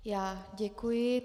Já děkuji.